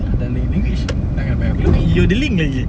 ya dah lain language tak akan bayar aku lebih